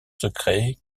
secret